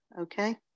okay